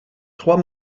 trois